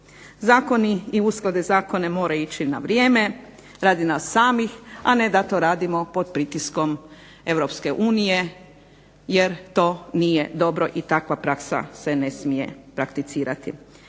Zakoni i usklade zakona moraju ići na vrijeme radi nas samih, a ne da to radimo pod pritiskom Europske unije jer to nije dobro i takva praksa se ne smije prakticirati.